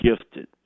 gifted